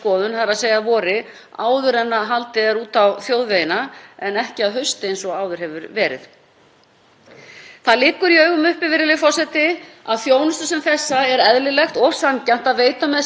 þjónustu sem þessa er eðlilegt og sanngjarnt að veita með sem minnstri fyrirhöfn fyrir bifreiðaeigendur, enda óásættanlegt að bifreiðaeigendum sé gert að ferðast um langan veg með tilheyrandi tekju- og vinnutapi til að sinna lögskyldu eftirliti.